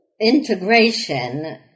integration